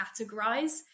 categorize